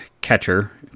catcher